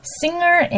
singer